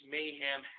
Mayhem